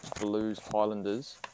Blues-Highlanders